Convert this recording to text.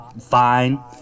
fine